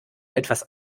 etwas